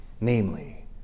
namely